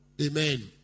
Amen